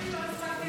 אני הצבעתי בעד.